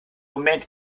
moment